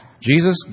Jesus